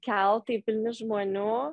keltai pilni žmonių